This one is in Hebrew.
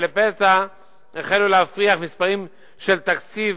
ולפתע החלו להפריח מספרים של תקציב,